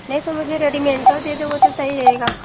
नहीं तो मुझे रेडीमेडो दे दोगे तो सही रहेगा